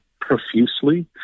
profusely